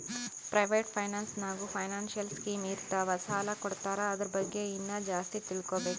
private finance ನಾಗ್ನೂ financial scheme ಇರ್ತಾವ್ ಸಾಲ ಕೊಡ್ತಾರ ಅದುರ್ ಬಗ್ಗೆ ಇನ್ನಾ ಜಾಸ್ತಿ ತಿಳ್ಕೋಬೇಕು